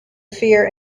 fear